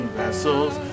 vessels